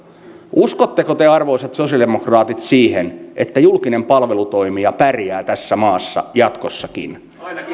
uskotteko te arvoisat sosiaalidemokraatit siihen että julkinen palvelutoimija pärjää tässä maassa jatkossakin